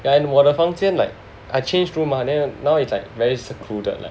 then 我的房间 like I changed room ah now it's like very secluded like